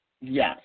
Yes